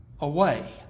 away